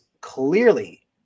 clearly